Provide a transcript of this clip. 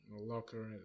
locker